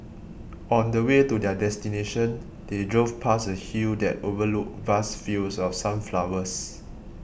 on the way to their destination they drove past a hill that overlooked vast fields of sunflowers